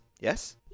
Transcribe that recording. yes